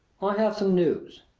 i have some news.